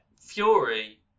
Fury